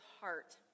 heart